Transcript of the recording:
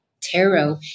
tarot